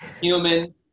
human